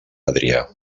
adrià